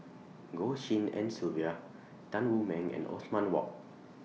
Goh Tshin En Sylvia Tan Wu Meng and Othman Wok